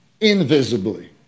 invisibly